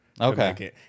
okay